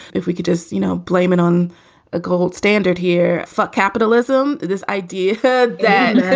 if we could just, you know, blame it on a gold standard here. fuck capitalism. this idea that